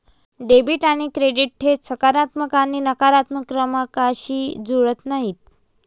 debit आणि credit थेट सकारात्मक आणि नकारात्मक क्रमांकांशी जुळत नाहीत